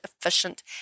efficient